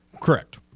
Correct